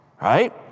Right